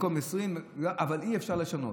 אבל אי-אפשר לשנות.